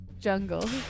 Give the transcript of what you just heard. jungle